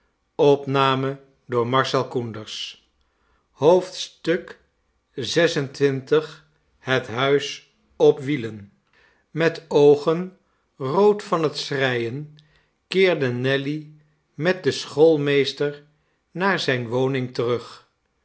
xxvi het huis op wielen met oogen rood van het schreien keerde nelly met den schoolmeester naar zijne woning terug